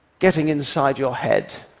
getting inside your head.